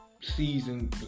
season